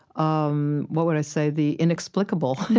um what would i say, the inexplicable.